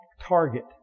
target